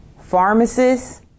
pharmacists